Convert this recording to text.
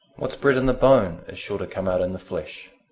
what's bred in the bone is sure to come out in the flesh.